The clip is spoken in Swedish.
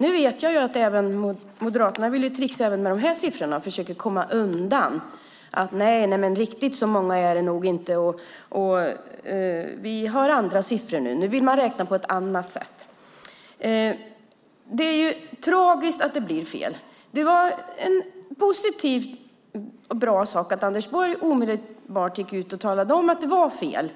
Nu vet jag att Moderaterna vill tricksa även med dessa siffror och försöka komma undan med att det nog inte är riktigt så många och att man nu har andra siffror. Nu vill man räkna på ett annat sätt. Det är tragiskt att det blir fel. Det var positivt och bra att Anders Borg omedelbart gick ut och talade om att det var fel,